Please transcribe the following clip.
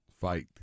fight